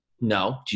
No